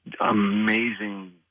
amazing